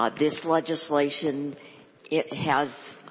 ah this legislation it has